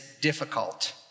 difficult